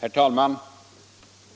Herr talman!